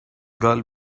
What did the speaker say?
girl